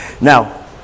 Now